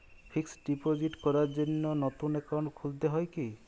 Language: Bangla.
ফিক্স ডিপোজিট করার জন্য নতুন অ্যাকাউন্ট খুলতে হয় কী?